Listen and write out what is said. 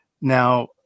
Now